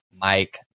Mike